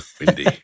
Windy